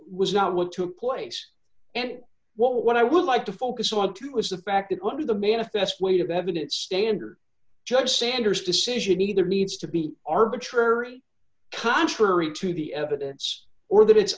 was not want to place and what i would like to focus on to is the fact that under the manifest weight of evidence standard judge sanders decision either needs to be arbitrary contrary to the evidence or that it's